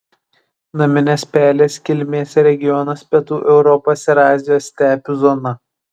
naminės pelės kilmės regionas pietų europos ir azijos stepių zona